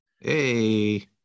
hey